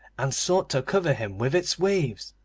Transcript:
and sought to cover him with its waves,